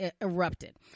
erupted